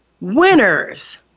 Winners